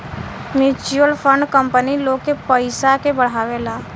mutual fund company लोग के पयिसा के बढ़ावेला